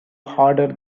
harder